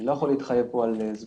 אני לא יכול להתחייב פה על זמן.